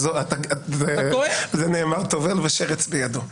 אני אומר --- על זה נאמר: טובל ושרץ בידו.